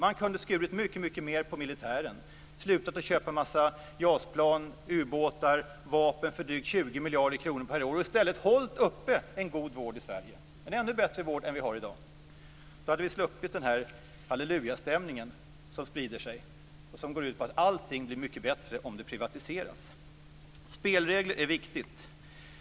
Man kunde ha skurit mycket mer på militären, slutat att köpa en mängd JAS-plan, ubåtar och vapen för drygt 20 miljarder kronor per år och i stället upprätthållit en god vård i Sverige, en ännu bättre vård än vi har i dag. Då hade vi sluppit den hallelujastämning som sprider sig och som går ut på att allting blir mycket bättre om det privatiseras. Spelregler är viktiga.